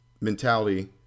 mentality